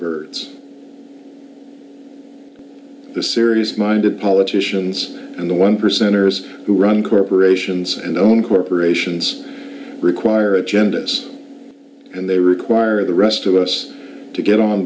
birds the serious minded politicians and the one percenters who run corporations and own corporations require agendas and they require the rest of us to get on